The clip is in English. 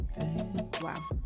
Wow